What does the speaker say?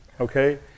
Okay